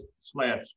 slash